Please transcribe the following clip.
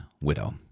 widow